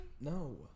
No